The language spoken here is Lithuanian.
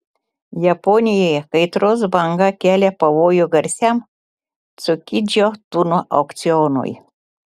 japonijoje kaitros banga kelia pavojų garsiam cukidžio tunų aukcionui